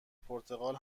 پرتغال